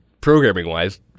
programming-wise